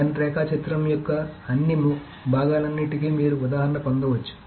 when రేఖాచిత్రం యొక్క అన్ని భాగాలన్నింటికీ మీరు ఉదాహరణ ను పొందవచ్చు